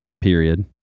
Period